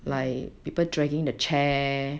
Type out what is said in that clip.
mmhmm